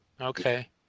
Okay